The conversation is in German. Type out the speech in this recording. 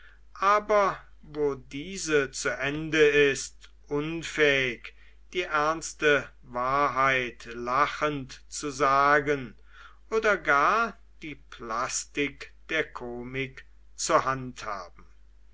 aber wo diese zu ende ist unfähig die ernste wahrheit lachend zu sagen oder gar die plastik der komik zu handhaben